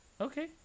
Okay